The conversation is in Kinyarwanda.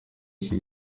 iki